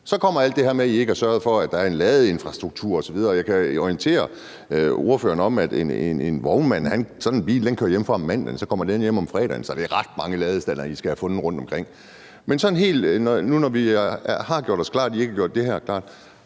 Så kommer der alt det her med, at I ikke har sørget for, at der er en ladeinfrastruktur osv. Jeg kan jo orientere ordføreren om, at en vognmands bil, når den kører hjemmefra om mandagen, kommer hjem om fredagen, så det er ret mange ladestandere, I skal have fundet rundtomkring. Men når vi nu har gjort os klart, at I ikke har gjort det her klart,